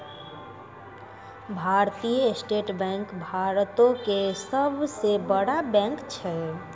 भारतीय state bank भारतो के सभ से बड़ा बैंक छै